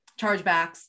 chargebacks